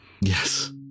Yes